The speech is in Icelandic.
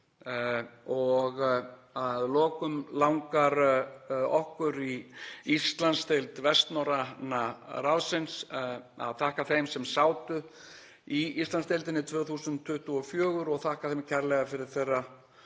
Að lokum langar okkur í Íslandsdeild Vestnorræna ráðsins að þakka þeim sem sátu í Íslandsdeildinni 2024 og þakka þeim kærlega fyrir þeirra